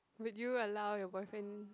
would you allow your boyfriend